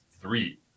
Three